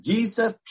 Jesus